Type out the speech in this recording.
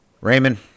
Raymond